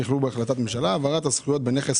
שנכללו בהחלטת ממשלה: העברת הזכויות בנכס